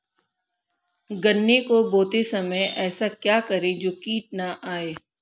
गन्ने को बोते समय ऐसा क्या करें जो कीट न आयें?